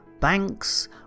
banks